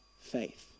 faith